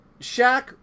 Shaq